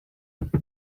baduzu